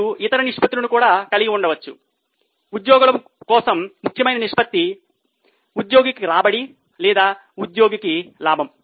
మీరు ఇతర నిష్పత్తులను కూడా కలిగి ఉండవచ్చు ఉద్యోగుల కోసం ముఖ్యమైన నిష్పత్తి ఉద్యోగికి రాబడి లేదా ఉద్యోగికి లాభం